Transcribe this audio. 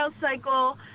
cycle